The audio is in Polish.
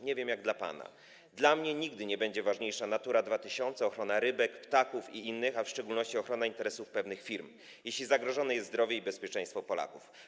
Nie wiem, jak dla pana, ale dla mnie nigdy nie będą ważniejsze Natura 2000, ochrona rybek, ptaków i innych, a w szczególności ochrona interesów pewnych firm, jeśli zagrożone jest zdrowie i bezpieczeństwo Polaków.